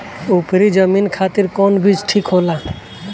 उपरी जमीन खातिर कौन बीज ठीक होला?